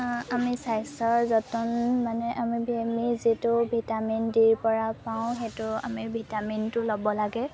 আমি স্বাস্থ্যৰ যতন মানে আমি আমি যিটো ভিটামিন ডিৰপৰা পাওঁ সেইটো আমি ভিটামিনটো ল'ব লাগে